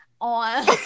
on